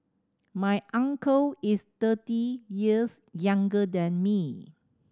my uncle is thirty years younger than me